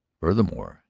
furthermore,